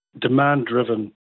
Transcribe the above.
demand-driven